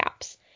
apps